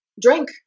Drink